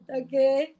okay